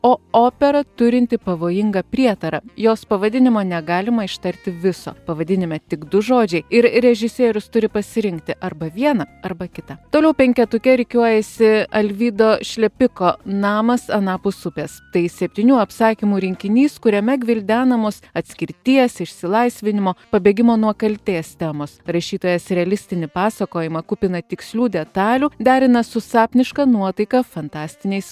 o opera turinti pavojingą prietarą jos pavadinimo negalimo ištarti viso pavadinime tik du žodžiai ir režisierius turi pasirinkti arba vieną arba kitą toliau penketuke rikiuojasi alvydo šlepiko namas anapus upės tai septynių apsakymų rinkinys kuriame gvildenamos atskirties išsilaisvinimo pabėgimo nuo kaltės temos rašytojas realistinį pasakojimą kupiną tikslių detalių derina su sapniška nuotaika fantastiniais